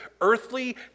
earthly